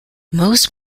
most